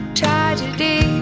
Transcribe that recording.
tragedy